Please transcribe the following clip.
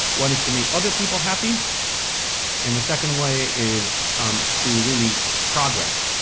one is to make other people happy and the second way is to really progress.